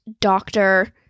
doctor